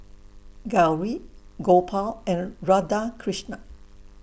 Gauri Gopal and Radhakrishnan